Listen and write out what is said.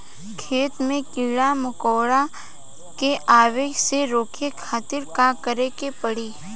खेत मे कीड़ा मकोरा के आवे से रोके खातिर का करे के पड़ी?